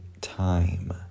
time